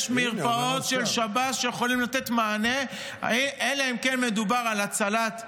יש מרפאות של שב"ס שיכולות לתת מענה אלא אם כן מדובר על הצלת חיים,